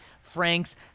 franks